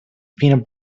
peanut